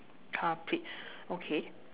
car plate okay